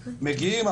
מגיעים,